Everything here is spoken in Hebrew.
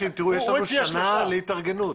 לנו שנה להתארגנות.